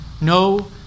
No